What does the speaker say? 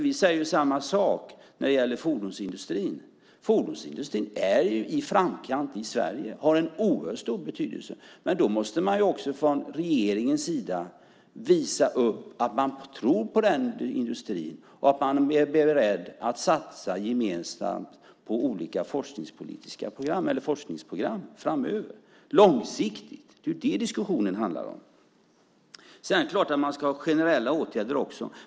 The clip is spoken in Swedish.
Vi säger samma sak när det gäller fordonsindustrin. Fordonsindustrin är i framkant i Sverige. Den har en oerhört stor betydelse. Men då måste man också från regeringens sida visa att man tror på den industrin och att man är beredd att långsiktigt satsa gemensamt på olika forskningsprogram framöver. Det är det som diskussionen handlar om. Sedan är det klart att man ska ha generella åtgärder också.